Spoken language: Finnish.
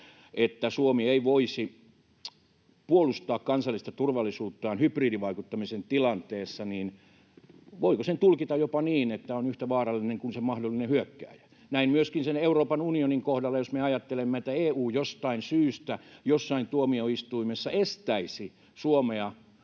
että Suomi ei voisi puolustaa kansallista turvallisuuttaan hybridivaikuttamisen tilanteessa, niin voiko sen tulkita jopa niin, että hän on yhtä vaarallinen kuin se mahdollinen hyökkääjä — näin myöskin Euroopan unionin kohdalla: jos me ajattelemme, että EU jostain syystä jossain tuomioistuimessa estäisi Suomea